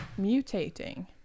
mutating